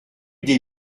des